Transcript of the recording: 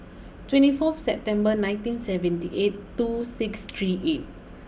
twenty four September nineteen seventy eight two six three eight